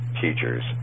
teachers